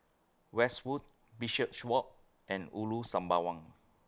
Westwood Bishopswalk and Ulu Sembawang